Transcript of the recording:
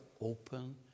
open